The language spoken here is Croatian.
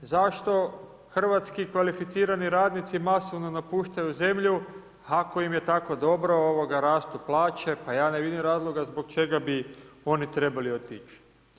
Zašto hrvatski kvalificirani radnici masovno napuštaju zemlju ako im je tako dobro, rastu plaće, pa ja ne vidim razloga zbog čega bi oni trebali otići.